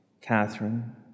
Catherine